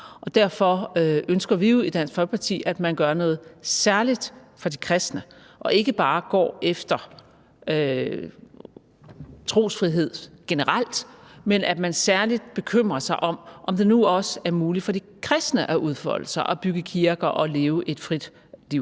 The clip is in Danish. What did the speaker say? Derfor ønsker vi jo i Dansk Folkeparti, at man gør noget særligt for de kristne og ikke bare går efter trosfrihed generelt, men at man særlig bekymrer sig om, om det nu også er muligt for de kristne at udfolde sig og bygge kirker og leve et frit liv.